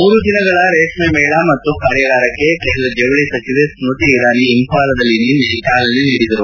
ಮೂರು ದಿನಗಳ ರೇಷ್ಮೇ ಮೇಳ ಮತ್ತು ಕಾರ್ಯಾಗಾರಕ್ಕೆ ಕೇಂದ್ರ ಜವಳಿ ಸಚಿವೆ ಸ್ತತಿ ಇರಾನಿ ಇಂಫಾಲದಲ್ಲಿ ನಿನ್ನೆ ಚಾಲನೆ ನೀಡಿದರು